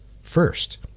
first